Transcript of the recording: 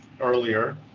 earlier